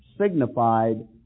signified